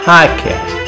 Podcast